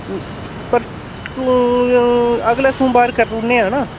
परसूं अगले सोमबार करु उड़ने आं हैना